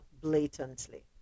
blatantly